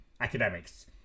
academics